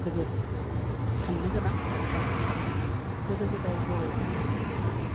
जोबोद साननो गोनां आरो बाख्नायथाव गोदो गोदाय बर'फ्रा